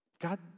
God